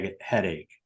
headache